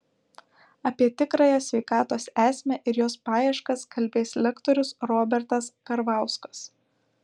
apie tikrąją sveikatos esmę ir jos paieškas kalbės lektorius robertas karvauskas